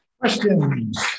Questions